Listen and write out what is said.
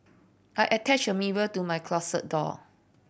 I attached a mirror to my closet door